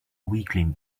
weakling